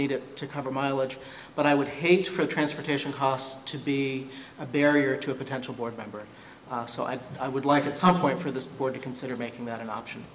need it to cover mileage but i would hate for transportation costs to be a barrier to a potential board member so i i would like at some point for the sport to consider making that an option